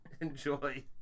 enjoy